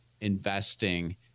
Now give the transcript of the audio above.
investing